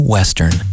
Western